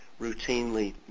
routinely